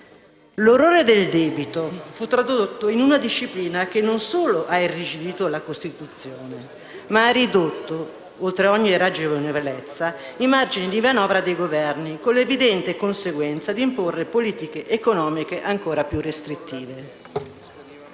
L'orrore del debito fu tradotto in una disciplina che non solo ha irrigidito la Costituzione, ma ha ridotto - oltre ogni ragionevolezza - i margini di manovra dei Governi, con l'evidente conseguenza di imporre politiche economiche ancora più restrittive.